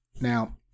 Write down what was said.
Now